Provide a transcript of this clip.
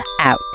out